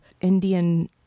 Indian